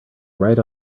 right